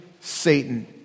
Satan